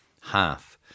Half